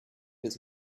his